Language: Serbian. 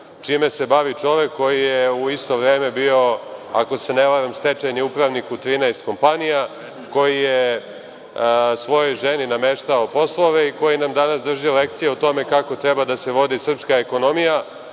čime se bavi čovek koji je u isto vreme bio ako se ne varam stečajni upravnik u 13 kompanija, koji je svojoj ženi nameštao poslove i koji nam danas drži lekcije o tome kako treba da se vodi srpska ekonomija. Po